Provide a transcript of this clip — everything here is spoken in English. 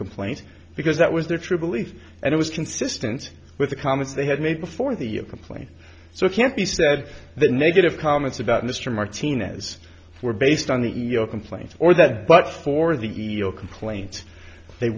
complaint because that was their true beliefs and it was consistent with the comments they had made before the complaint so it can't be said the negative comments about mr martinez were based on the ego complaint or that but for the eel complaint they